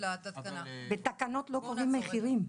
בתקנות לא קובעים מחירים.